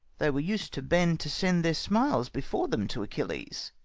they were us'd to bend, to send their smiles before them to achilles,